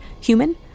human